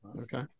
Okay